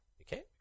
okay